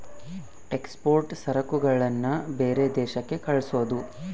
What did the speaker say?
export ಸರಕುಗಳನ್ನ ಬೇರೆ ದೇಶಕ್ಕೆ ಕಳ್ಸೋದು